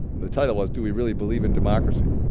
the title was do we really believe in democracy?